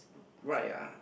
right ah